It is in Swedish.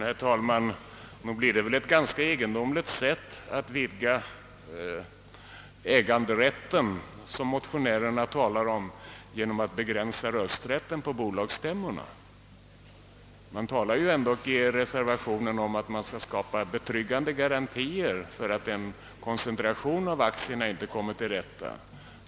Herr talman! Det är väl ett ganska egendomligt sätt att vidga äganderätten som motionären här talar om, nämligen genom att begränsa rösträtten på bolagsstämmorna. I reservationen säger man att man vill skapa betryggande garantier för att en koncentration av aktierna inte uppkommer.